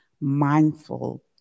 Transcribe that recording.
mindful